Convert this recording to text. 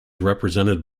represented